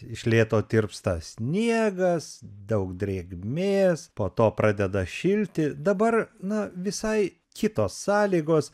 iš lėto tirpsta sniegas daug drėgmės po to pradeda šilti dabar na visai kitos sąlygos